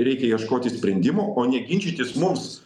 reikia ieškoti sprendimo o ne ginčytis mums